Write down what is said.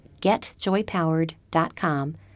getjoypowered.com